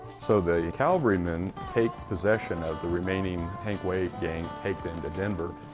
so the cavalry men take possession of the remaining hank way gang, take them to denver,